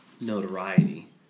notoriety